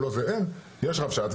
יש רבש"ץ.